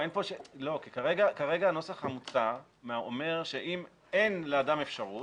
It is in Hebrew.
כרגע הנוסח המוצע אומר שאם אין לאדם אפשרות,